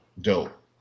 Dope